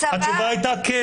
התשובה הייתה כן.